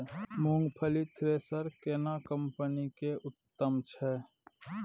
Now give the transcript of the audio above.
मूंगफली थ्रेसर केना कम्पनी के उत्तम छै?